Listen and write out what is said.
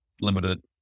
limited